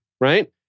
right